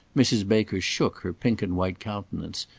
mrs. baker shook her pink-and-white countenance,